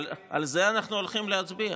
על זה אנחנו הולכים להצביע,